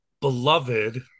beloved